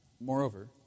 Moreover